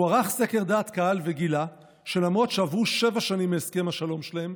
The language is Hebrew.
הוא ערך סקר דעת קהל וגילה שלמרות שעברו שבע שנים מהסכם השלום שלהם,